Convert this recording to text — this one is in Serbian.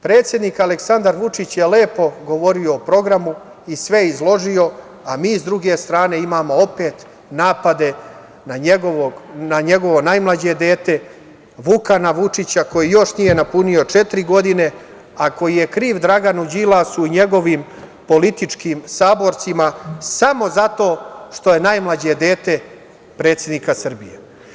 Predsednik Aleksandar Vučić je lepo govorio o programu i sve izložio, a mi s druge strane imamo opet napade na njegovo najmlađe dete Vukana Vučića koji još nije napunio četiri godine, a koji je kriv Draganu Đilasu, njegovim političkim saborcima samo zato što je najmlađe dete predsednika Srbije.